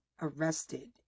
arrested